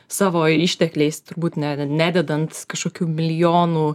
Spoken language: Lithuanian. savo ištekliais turbūt ne nededant kažkokių milijonų